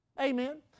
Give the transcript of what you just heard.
Amen